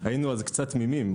היינו קצת תמימים.